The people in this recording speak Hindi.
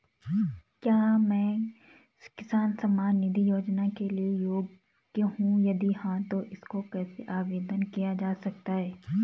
क्या मैं किसान सम्मान निधि योजना के लिए योग्य हूँ यदि हाँ तो इसको कैसे आवेदन किया जा सकता है?